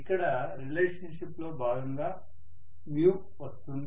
ఇక్కడ relationship లో భాగంగా వస్తుంది